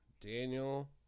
Daniel